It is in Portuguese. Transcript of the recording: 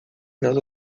nossa